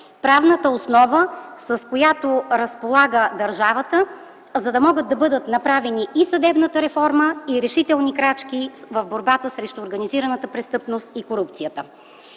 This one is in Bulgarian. правната основа, с която разполага държавата, за да могат да бъдат направени и съдебната реформа, и решителни крачки в борбата срещу организираната престъпност и корупцията.